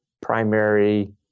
primary